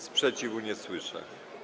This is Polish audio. Sprzeciwu nie słyszę.